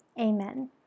Amen